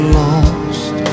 lost